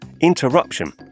interruption